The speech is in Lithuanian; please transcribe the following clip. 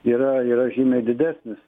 yra yra žymiai didesnis